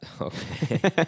Okay